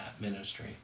ministry